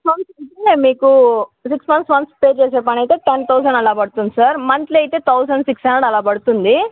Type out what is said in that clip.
six months మీకు six మంత్స్కి once pay చేసే పని అయితే టెన్ థౌజండ్ అలా పడుతుంది సార్ మంత్లీ అయితే థౌజండ్ సిక్స్ హండ్రెడ్ అలా పడుతుంది